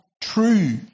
True